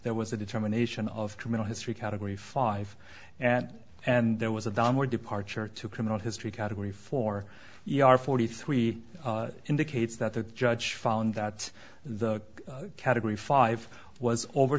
there was a determination of criminal history category five and and there was a downward departure to criminal history category for your forty three indicates that the judge found that the category five was over